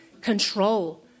control